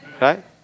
Right